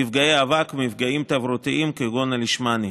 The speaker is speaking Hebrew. מפגעי אבק ומפגעים תברואתיים כגון לישמניה.